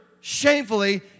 shamefully